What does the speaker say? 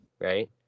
right